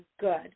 good